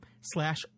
slash